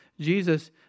Jesus